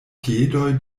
piedoj